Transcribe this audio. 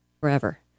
forever